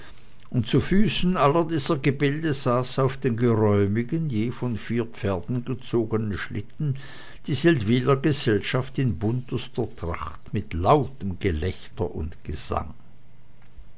und zu füßen aller dieser gebilde saß auf den geräumigen je von vier pferden gezogenen schlitten die seldwyler gesellschaft in buntester tracht mit lautem gelächter und gesang